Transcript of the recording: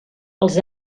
els